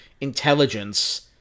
intelligence